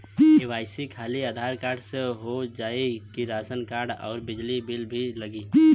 KYC खाली Aadhaar card से हो जाए कि राशन कार्ड अउर बिजली बिल भी लगी?